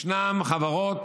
ישנן חברות